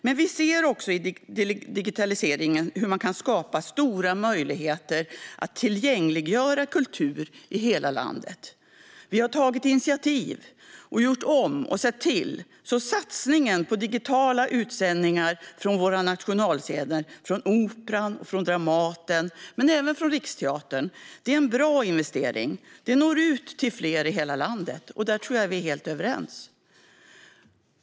Men vi ser också i digitaliseringen hur det går att skapa stora möjligheter att tillgängliggöra kultur i hela landet. Vi har tagit initiativ, gjort om och sett till att satsningen på digitala utsändningar från våra nationalscener, Operan, Dramaten och Riksteatern, är en bra investering. De når ut till fler i hela landet. Där är vi helt överens.